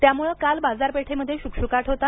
त्यामुळे काल बाजारपेठेमध्ये शुकशुकाट होता